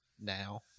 now